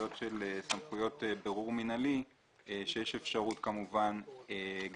סמכויות בירור מינהלי כאשר יש אפשרות גם לפנות